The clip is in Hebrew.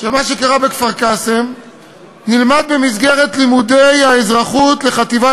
של מה שקרה בכפר-קאסם נלמד במסגרת לימודי האזרחות לחטיבה